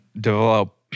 develop